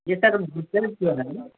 یہ سر